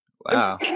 Wow